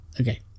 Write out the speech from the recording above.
Okay